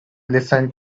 listen